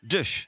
Dus